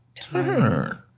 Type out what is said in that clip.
turn